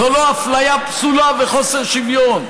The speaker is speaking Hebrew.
זו לא אפליה פסולה וחוסר שוויון,